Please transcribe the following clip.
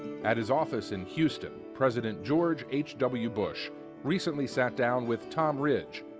at his office in houston, president george h w. bush recently sat down with tom ridge,